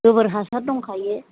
गोबोर हासार दंखायो